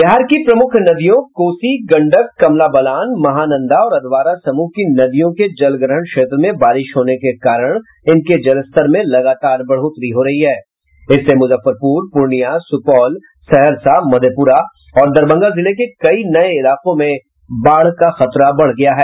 बिहार की प्रमुख नदियों कोसी गंडक कमला बलान महानंदा और अधवारा समूह की नदियों के जलग्रहण क्षेत्र में बारिश होने के कारण इनके जलस्तर में लगातार बढोतरी हो रही है जिससे मुजफ्फरपुर पूर्णियां सुपौल सहरसा मधेपुरा और दरभंगा जिले के कई नये इलाकों में बाढ़ का खतरा बढ़ गया है